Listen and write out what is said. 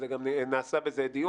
וגם התקיים על זה דיון,